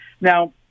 Now